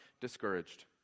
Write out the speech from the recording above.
discouraged